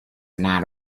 not